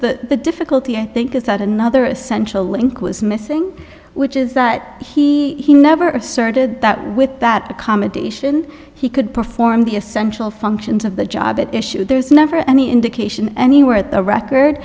here the difficulty i think is that another essential link was missing which is that he never asserted that with that accommodation he could perform the essential functions of the job at issue there is never any indication anywhere at the record